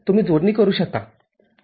७ volt आहे बरोबर भागिले RB